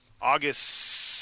August